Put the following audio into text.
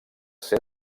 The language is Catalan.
ser